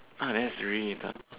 ah that's really tough